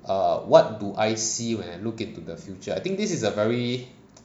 err what do I see when I look into the future I think this is a very